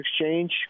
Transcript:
Exchange